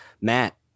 Matt